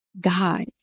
God